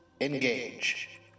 engage